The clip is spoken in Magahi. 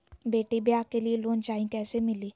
बेटी ब्याह के लिए लोन चाही, कैसे मिली?